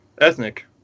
ethnic